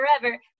forever